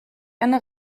eine